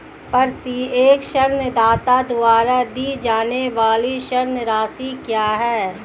प्रत्येक ऋणदाता द्वारा दी जाने वाली ऋण राशि क्या है?